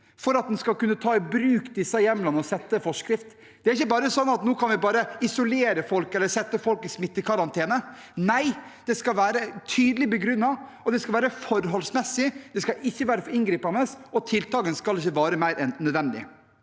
for at en skal kunne ta i bruk disse hjemlene og fastsette en forskrift. Det er ikke sånn at vi nå bare kan isolere folk eller sette folk i smittekarantene. Nei, det skal være tydelig begrunnet, og det skal være forholdsmessig. Det skal ikke være for inngripende, og tiltakene skal ikke vare lenger enn nødvendig.